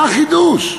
מה החידוש?